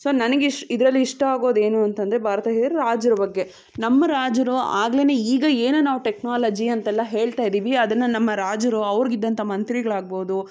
so ನನಗೆ ಇಶ್ ಇದ್ರಲ್ಲಿ ಇಷ್ಟ ಆಗೋದು ಏನು ಅಂತಂದರೆ ಭಾರತ ರಾಜರ ಬಗ್ಗೆ ನಮ್ಮ ರಾಜರು ಆಗ್ಲೆ ಈಗ ಏನು ನಾವು ಟೆಕ್ನೋಲಜಿ ಅಂತೆಲ್ಲ ಹೇಳ್ತಾ ಇದ್ದೀವಿ ಅದನ್ನು ನಮ್ಮ ರಾಜರು ಅವ್ರಿಗಿದ್ದಂಥ ಮಂತ್ರಿಗಳಾಗ್ಬೋದು